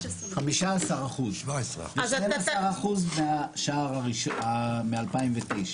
15%. זה 12% מ-2009.